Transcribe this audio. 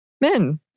men